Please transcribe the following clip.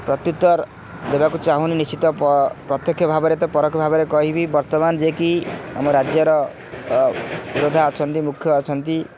ପ୍ରତ୍ୟୁତର ଦେବାକୁ ଚାହୁଁନି ନିଶ୍ଚିତ ପ୍ରତ୍ୟକ୍ଷ ଭାବରେ ତ ପରୋକ୍ଷ ଭାବରେ କହିବି ବର୍ତ୍ତମାନ ଯିଏକି ଆମ ରାଜ୍ୟର ବିରୋଧି ଅଛନ୍ତି ମୁଖ୍ୟ ଅଛନ୍ତି